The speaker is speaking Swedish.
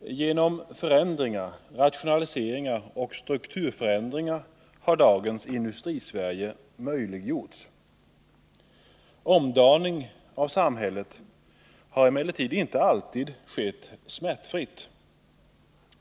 Genom förändringar, rationaliseringar och strukturomvandlingar har dagens Industrisverige möjliggjorts. Omdaningen av samhället har inte alltid skett smärtfritt.